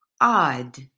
odd